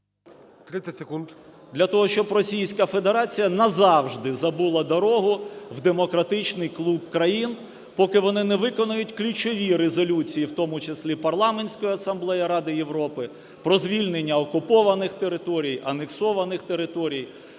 Для того, щоб Російська Федерація назавжди забула дорогу в демократичний клуб країн, поки вони не виконають ключові резолюції, в тому числі Парламентської асамблеї Ради Європи про звільнення окупованих територій, анексованих територій,